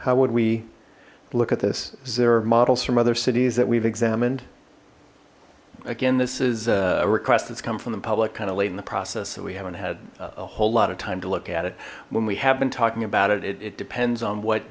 how would we look at this there are models from other cities that we've examined again this is a request that's come from in public kind of late in the process that we haven't had a whole lot of time to look at it when we have been talking about it it depends on what